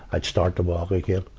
i'd start to walk again,